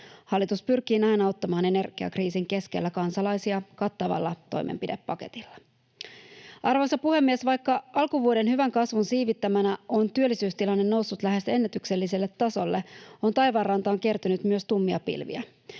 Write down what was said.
Hallitus pyrkii näin auttamaan energiakriisin keskellä kansalaisia kattavalla toimenpidepaketilla. Arvoisa puhemies! Vaikka alkuvuoden hyvän kasvun siivittämänä on työllisyystilanne noussut lähes ennätykselliselle tasolle, on taivaanrantaan kertynyt myös tummia pilviä.